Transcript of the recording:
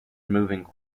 removing